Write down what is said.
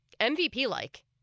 MVP-like